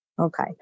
Okay